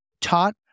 taught